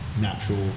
natural